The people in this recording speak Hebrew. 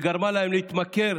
וגרמה להם להתמכרות